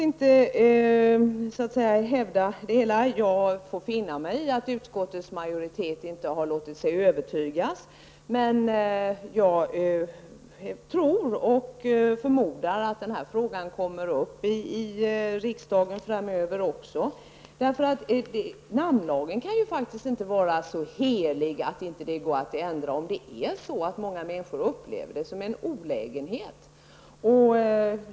Jag får emellertid finna mig i att utskottets majoritet inte har låtit sig övertygas. Men jag förmodar att den här frågan också framöver kommer upp i riksdagen. Namnlagen kan ju inte vara så helig att den inte går att ändra om det är på det sättet att många människor upplever detta som en olägenhet.